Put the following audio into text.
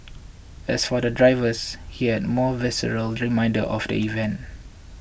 as for the drivers he had more visceral reminder of the event